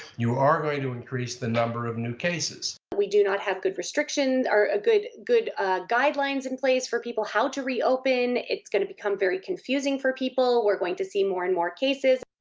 you are going to increase the number of new cases. we do not have good restrictions or ah good good guidelines in place are for people how to reopen. it's going to become very confusing for people. we're going to see more and more cases.